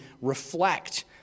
reflect